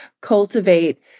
Cultivate